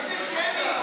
איזה שמית?